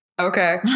Okay